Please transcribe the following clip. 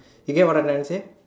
you get what I'm going to say